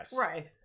Right